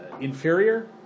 inferior